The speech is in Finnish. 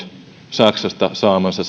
saksasta saamansa